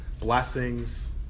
blessings